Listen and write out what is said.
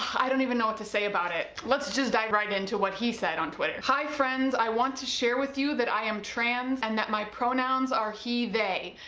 i don't even know what to say about it, let's just dive right into what he said on twitter. hi friends, i want to share with you that i am trans and that my pronouns are he they.